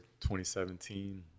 2017